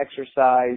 exercise